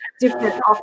different